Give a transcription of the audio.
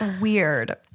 Weird